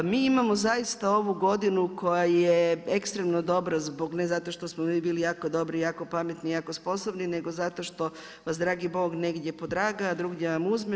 Mi imamo zaista ovu godinu koja je ekstremno dobro zbog ne zato što smo mi bili jako dobri i jako pametni i jako sposobni nego zato što vas dragi Bog negdje podraga a drugdje vam uzme.